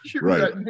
right